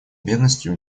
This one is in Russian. бедностью